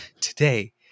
Today